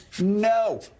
no